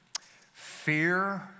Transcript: Fear